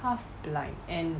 half blind and